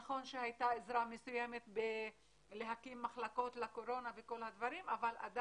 נכון שהייתה עזרה מסוימת להקים מחלקות לקורונה אבל עדין,